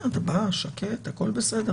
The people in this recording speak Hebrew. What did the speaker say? אתה בא שקט, הכול בסדר.